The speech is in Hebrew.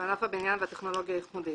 הבניין והטכנולוגיה הייחודית.